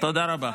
תודה רבה.